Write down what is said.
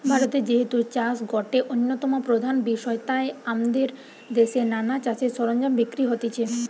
ভারতে যেহেতু চাষ গটে অন্যতম প্রধান বিষয় তাই আমদের দেশে নানা চাষের সরঞ্জাম বিক্রি হতিছে